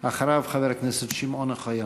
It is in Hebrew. אחריו, חבר הכנסת שמעון אוחיון.